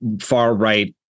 far-right